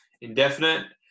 indefinite